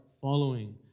following